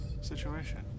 situation